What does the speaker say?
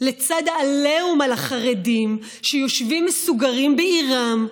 לצד העליהום על החרדים שיושבים מסוגרים בעירם,